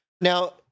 now –